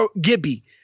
Gibby